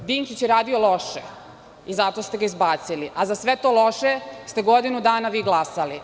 Dinkić je radio loše i zato ste ga izbacili, a za sve to loše ste godinu dana vi glasali.